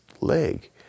leg